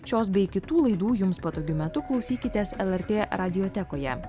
šios bei kitų laidų jums patogiu metu klausykitės lrt radiotekoje